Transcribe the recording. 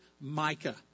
Micah